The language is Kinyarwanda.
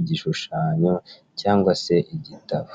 igishushanyo cyangwa se igitabo.